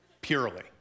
purely